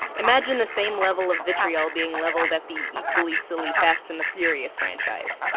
imagine the same level of vitriol being leveled at the equally silly fast and the furious franchise.